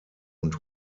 und